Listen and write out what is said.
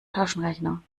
taschenrechner